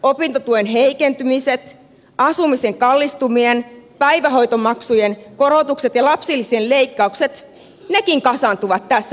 veronkorotukset opintotuen heikentymiset asumisen kallistuminen päivähoitomaksujen korotukset ja lapsilisien leikkaukset kasaantuvat tässä perheessä